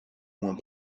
moins